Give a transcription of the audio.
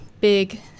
big